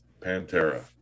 Pantera